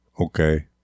Okay